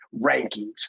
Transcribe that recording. rankings